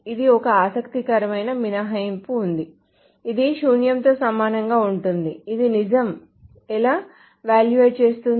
అక్కడ ఒక ఆసక్తికరమైన మినహాయింపు ఉంది ఇది శూన్యంతో సమానంగా ఉంటుంది ఇది నిజం అని ఎవాల్యూయేట్ చేస్తుంది